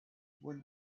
when